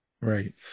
Right